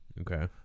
Okay